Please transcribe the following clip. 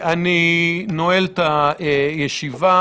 אני נועל את הישיבה.